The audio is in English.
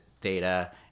data